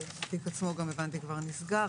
והתיק נסגר,